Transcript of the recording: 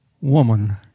Woman